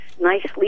nicely